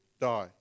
die